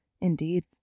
Indeed